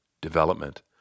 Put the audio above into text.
development